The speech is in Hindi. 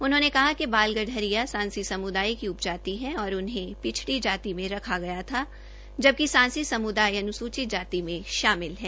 उन्होंने कहा कि बाल गडरिया सांसी समूदाय की उप जाति है और उन्हें पिछड़ी जाति में रखा गया था जबकि सांसी समुदाय अनुसूचित जाति में शामिल है